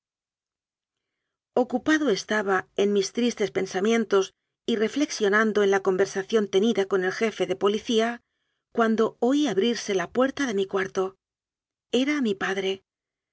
ocupado estaba con mis tristes pensamientos y reflexionando en la conversación tenida con el jefe de policía cuando oí abrirse la puerta de mi cuar to era mi padre